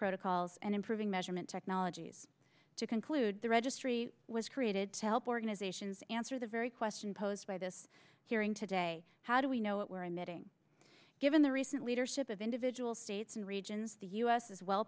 protocols and improving measurement technologies to conclude the registry was created to help organizations answer the very question posed by this hearing today how do we know it we're emitting given the recent leadership of individual states and regions the u s is well